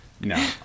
no